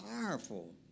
powerful